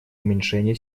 уменьшения